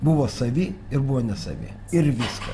buvo savi ir buvo nesavi ir viskas